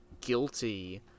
guilty